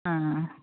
ആ അ